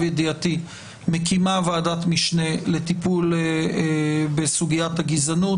ידיעתי מקימה ועדת משנה לטיפול בסוגיית הגזענות.